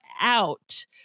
out